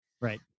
right